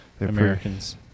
Americans